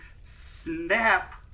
snap